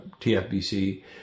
TFBC